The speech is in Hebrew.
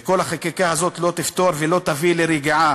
כל החקיקה הזאת לא תפתור ולא תביא לרגיעה.